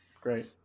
Great